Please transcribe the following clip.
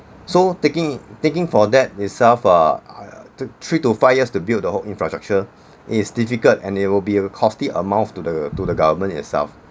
so taking taking for that itself err to three to five years to build the whole infrastructure is difficult and it will be a costly amount to the to the government itself